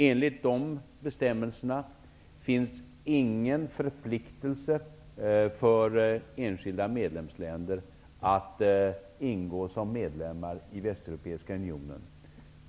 Enligt de bestämmelserna finns ingen förpliktelse för enskilda medlemsländer att ingå som medlem i Västeuropeiska unionen.